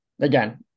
Again